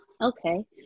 Okay